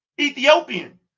Ethiopian